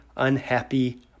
unhappy